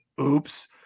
oops